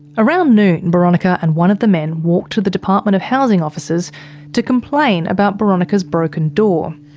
around noon, boronika and one of the men walked to the department of housing offices to complain about boronika's broken door.